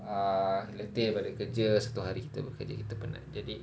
err letih balik kerja satu hari itu kerja kita penat jadi